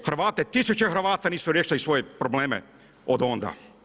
Hrvate, tisuće Hrvata nisu riješili svoje probleme odonda.